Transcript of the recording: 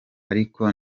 ariko